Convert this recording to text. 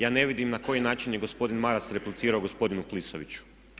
Ja ne vidim na koji način je gospodin Maras replicirao gospodinu Klisoviću.